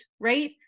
right